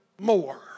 more